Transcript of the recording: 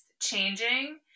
changing